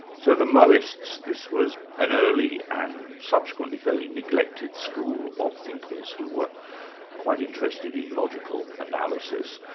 so the mohists, this was an early and subsequently fairly neglected school of thinkers who were quite interested in logical analysis,